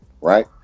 Right